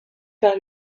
par